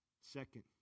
Second